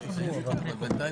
סעיף ד',